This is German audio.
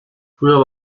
früher